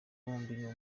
bombi